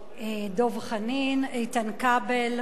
דב חנין, איתן כבל.